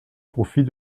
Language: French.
profit